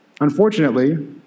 unfortunately